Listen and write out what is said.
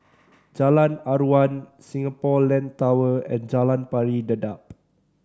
Jalan Aruan Singapore Land Tower and Jalan Pari Dedap